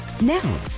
Now